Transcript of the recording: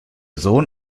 sohn